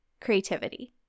creativity